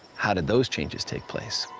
how did those changes take place?